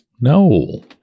no